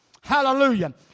Hallelujah